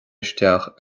isteach